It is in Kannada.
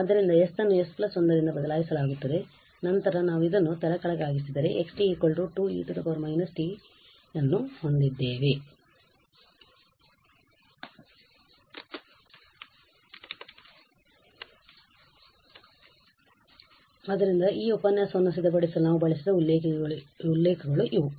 ಆದ್ದರಿಂದ s ಅನ್ನು s 1 ರಿಂದ ಬದಲಾಯಿಸಲಾಗುತ್ತದೆ ಮತ್ತು ನಂತರ ನಾವು ಇದನ್ನು ತಲೆಕೆಳಗಾಗಿಸಿದರೆ ನಾವು x 2e −t ಅನ್ನು ಹೊಂದಿದ್ದೇವೆ ಆದ್ದರಿಂದ ಅಷ್ಟೆ ಈ ಉಪನ್ಯಾಸವನ್ನು ಸಿದ್ಧಪಡಿಸಲು ನಾವು ಬಳಸಿದ ಉಲ್ಲೇಖಗಳು ಇವು